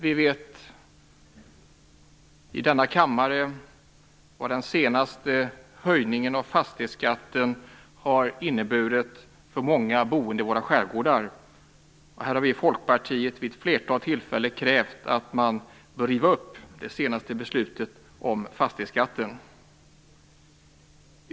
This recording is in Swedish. Vi vet i denna kammare vad den senaste höjningen av fastighetsskatten har inneburit för många boende i våra skärgårdar. Här har vi i Folkpartiet vid ett flertal tillfällen krävt att man bör riva upp det senaste beslutet om fastighetsskatten.